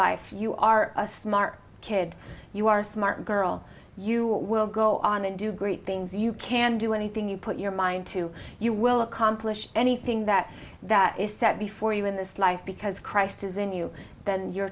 life you are a smart kid you are smart girl you will go on and do great things you can do anything you put your mind to you will accomplish anything that that is set before you in this life because christ is in you than your